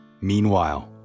Meanwhile